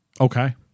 Okay